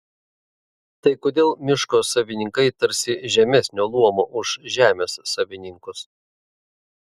tai kodėl miško savininkai tarsi žemesnio luomo už žemės savininkus